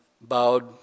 bowed